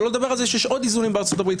שלא לדבר על זה שיש עוד איזונים בארצות הברית,